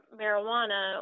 marijuana